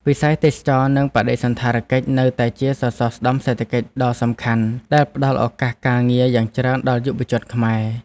វិស័យទេសចរណ៍និងបដិសណ្ឋារកិច្ចនៅតែជាសសរស្តម្ភសេដ្ឋកិច្ចដ៏សំខាន់ដែលផ្តល់ឱកាសការងារយ៉ាងច្រើនដល់យុវជនខ្មែរ។